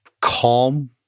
calm